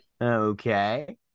Okay